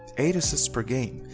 eight assists per game,